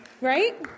right